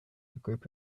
group